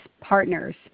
partners